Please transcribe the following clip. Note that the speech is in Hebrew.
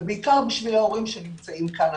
ובעיקר בשביל ההורים שנמצאים כאן,